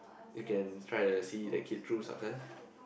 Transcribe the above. you can try to see the kid through success